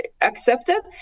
accepted